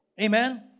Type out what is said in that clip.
Amen